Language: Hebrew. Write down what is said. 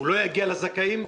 הוא לא יגיע לזכאים?